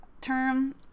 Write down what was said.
term